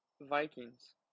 Vikings